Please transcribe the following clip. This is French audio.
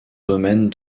domaine